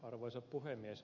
arvoisa puhemies